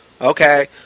Okay